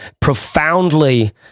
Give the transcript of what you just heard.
profoundly